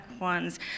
ones